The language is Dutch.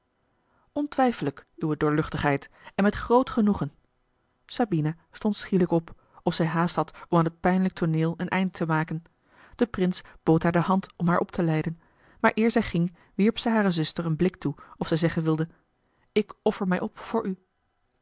ontwijfelijk uwe doorluchtigheid en met groot genoegen sabina stond schielijk op of zij haast had om aan het pijnlijk tooneel een eind te maken de prins bood haar de hand om a l g bosboom-toussaint de delftsche wonderdokter eel haar op te leiden maar eer zij ging wierp zij hare zuster een blik toe of zij zeggen wilde ik offer mij op voor u